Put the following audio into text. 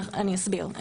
אני אסביר.